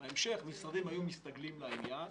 בהמשך, משרדים היו מסתגלים לעניין.